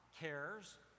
cares